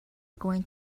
going